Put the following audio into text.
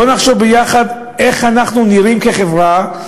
בואו נחשוב ביחד איך אנחנו נראים כחברה,